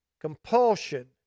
Compulsion